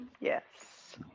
Yes